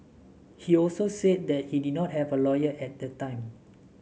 he also said that he did not have a lawyer at the time